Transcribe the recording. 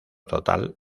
total